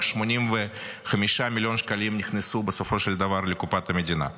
רק 85 מיליון שקלים נכנסו בסופו של דבר לקופת המדינה.